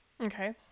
okay